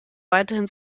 weiterhin